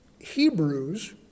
Hebrews